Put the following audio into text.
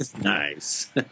Nice